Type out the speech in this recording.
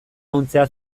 ehuntzea